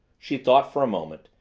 she thought for a moment.